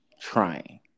Trying